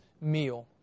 meal